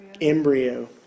Embryo